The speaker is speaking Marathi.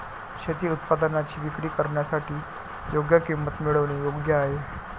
शेती उत्पादनांची विक्री करण्यासाठी योग्य किंमत मिळवणे योग्य आहे